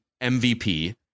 MVP